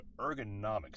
ergonomics